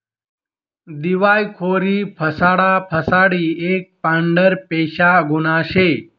दिवायखोरी फसाडा फसाडी एक पांढरपेशा गुन्हा शे